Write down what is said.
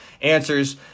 answers